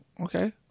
okay